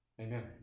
Amen